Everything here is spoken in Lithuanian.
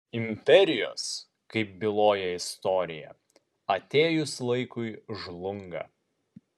imperijos kaip byloja istorija atėjus laikui žlunga